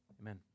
Amen